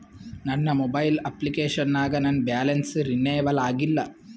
ನನ್ನ mobile application ನಾಗ ನನ್ ಬ್ಯಾಲೆನ್ಸ್ ರೀನೇವಲ್ ಆಗಿಲ್ಲ